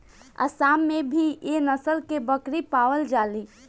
आसाम में भी एह नस्ल के बकरी पावल जाली